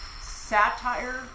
satire